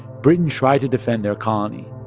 britain tried to defend their colony,